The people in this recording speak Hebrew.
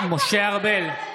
מותר לצלם.